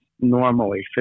normally